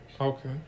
Okay